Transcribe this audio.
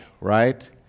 right